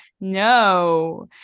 No